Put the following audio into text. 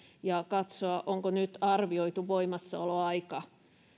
ja katsoa onko nyt arvioitu voimassaoloaika